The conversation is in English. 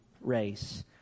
race